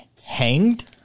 hanged